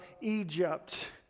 Egypt